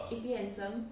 is he handsome